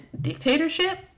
dictatorship